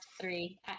three